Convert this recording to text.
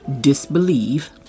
disbelieve